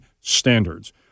standards